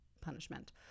punishment